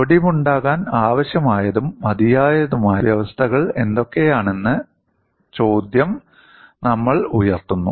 ഒടിവുണ്ടാകാൻ ആവശ്യമായതും മതിയായതുമായ വ്യവസ്ഥകൾ എന്തൊക്കെയാണ് എന്ന ചോദ്യം നമ്മൾ ഉയർത്തുന്നു